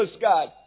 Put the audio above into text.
God